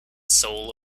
soul